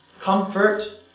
comfort